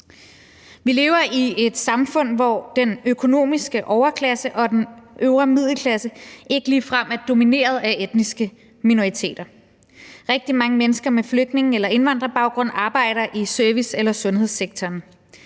Vi lever i et samfund, hvor den økonomiske overklasse og den øvre middelklasse ikke ligefrem er domineret af etniske minoriteter. Rigtig mange mennesker med flygtninge- eller indvandrerbaggrund arbejder i service- eller sundhedssektoren.